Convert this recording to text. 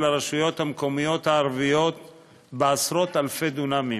הרשויות המקומיות הערביות בעשרות אלפי דונמים.